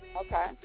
Okay